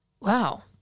wow